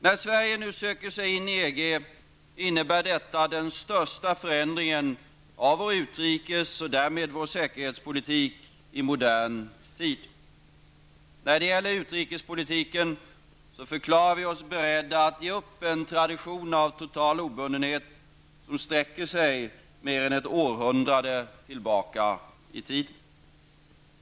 När Sverige nu söker sig in i EG innebär detta den största förändringen av vår utrikes och därmed var säkerhetspolitik i modern tid. När det gäller utrikespolitiken förklarar vi oss beredda att ge upp en tradition av total obundenhet, som sträcker sig mer än ett århundrade tillbaka i tiden.